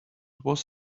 was